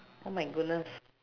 oh my goodness